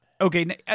Okay